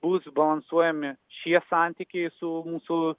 bus balansuojami šie santykiai su mūsų